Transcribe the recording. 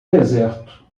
deserto